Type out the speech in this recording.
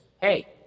Hey